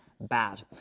bad